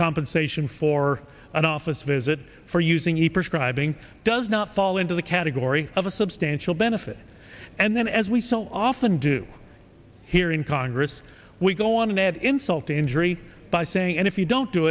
compensation for an office visit for using a prescribe ing does not fall into the category of a substantial benefit and then as we so often do here in congress we go on and add insult to injury by saying and if you don't do